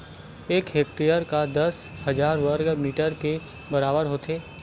एक हेक्टेअर हा दस हजार वर्ग मीटर के बराबर होथे